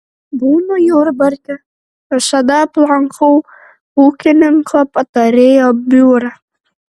būnu jurbarke visada aplankau ūkininko patarėjo biurą